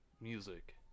music